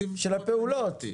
של הפעולות.